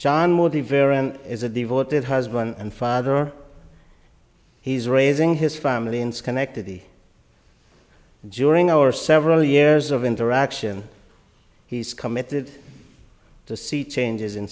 varian is a devoted husband and father he's raising his family in schenectady during our several years of interaction he's committed to see changes in